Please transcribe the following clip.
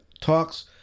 talks